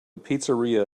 pizzeria